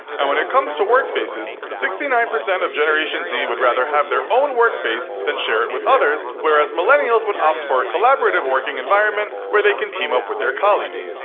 and when it comes to workspaces, sixty nine percent of generation z would rather have their own workspace than share it with others, whereas millennials would opt for a collaborative working environment where they can team up with their colleagues.